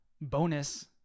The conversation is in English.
bonus